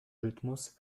rhythmus